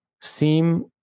seem